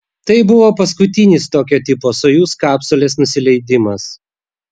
tai buvo paskutinis tokio tipo sojuz kapsulės nusileidimas